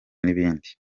n’ibindi